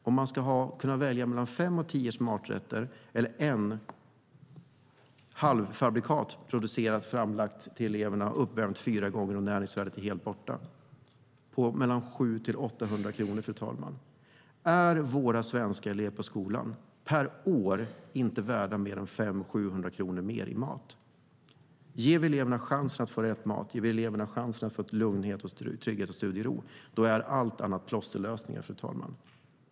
Om man ska kunna välja mellan fem och tio maträtter eller en halvfabrikatsrätt, producerad och framlagd till eleverna, uppvärmd fyra gånger och helt utan näringsvärde, skiljer det per elev 700-800 kronor, fru talman. Är våra svenska skolelever inte värda mer än 500-700 kronor mer per år i mat? Ger vi eleverna chansen att få rätt mat och att få lugn, trygghet och studiero är allt annat plåsterlösningar, fru talman.